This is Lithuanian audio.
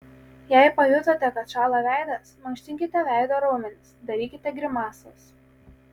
jei pajutote kad šąla veidas mankštinkite veido raumenis darykite grimasas